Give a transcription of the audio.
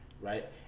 Right